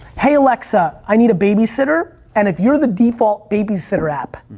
hey alexa, i need a baby sitter. and if you're the default baby sitter app,